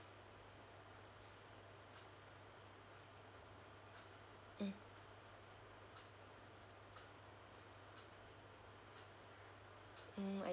mm mm I